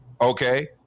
okay